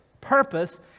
purpose